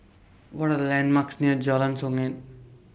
What Are The landmarks near Jalan Songket